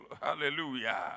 hallelujah